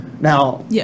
Now